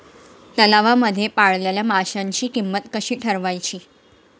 तलावांमध्ये पाळलेल्या माशांची किंमत कशी ठरवायची?